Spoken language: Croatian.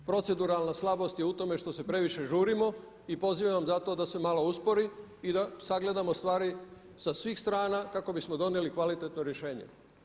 Proceduralna slabost je u tome što se previše žurimo i pozivam zato da se malo uspori i da sagledamo stvari sa svih strana kako bismo donijeli kvalitetno rješenje.